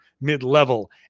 mid-level